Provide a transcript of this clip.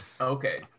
Okay